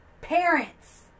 parents